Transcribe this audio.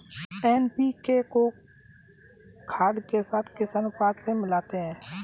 NPK को खाद के साथ किस अनुपात में मिलाते हैं?